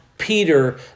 peter